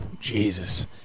Jesus